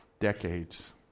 decades